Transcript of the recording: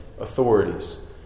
authorities